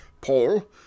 Paul